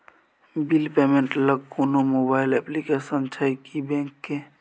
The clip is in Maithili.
बिल पेमेंट ल कोनो मोबाइल एप्लीकेशन छै की बैंक के?